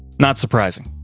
not surprising.